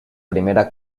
primera